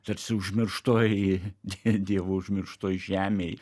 tarsi užmirštoj dievo užmirštoj žemėj